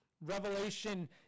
revelation